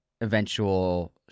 eventual